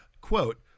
Quote